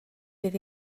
bydd